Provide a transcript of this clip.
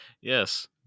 Yes